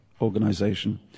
organization